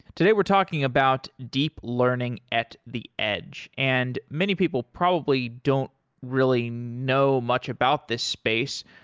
today we're talking about deep learning at the edge, and many people probably don't really know much about this space,